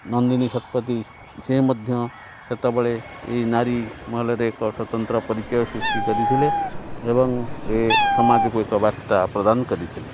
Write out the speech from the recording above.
ନନ୍ଦିନୀ ଶତପଥୀ ସେ ମଧ୍ୟ ସେତେବେଳେ ଏଇ ନାରୀ ମହଲରେ ଏକ ସ୍ୱତନ୍ତ୍ର ପରିଚୟ ସୃଷ୍ଟି କରିଥିଲେ ଏବଂ ଏ ସମାଜକୁ ଏକ ବାର୍ତ୍ତା ପ୍ରଦାନ କରିଥିଲେ